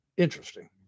Interesting